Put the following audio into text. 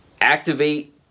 Activate